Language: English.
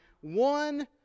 one